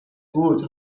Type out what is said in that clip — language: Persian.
بود